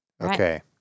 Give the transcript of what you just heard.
Okay